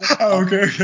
Okay